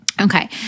Okay